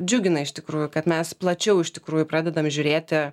džiugina iš tikrųjų kad mes plačiau iš tikrųjų pradedam žiūrėti